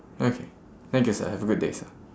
okay thank you sir have a good day sir